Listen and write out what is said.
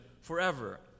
forever